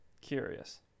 curious